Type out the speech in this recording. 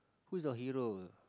who's your hero